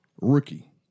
rookie